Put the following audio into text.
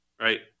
right